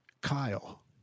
Kyle